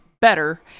better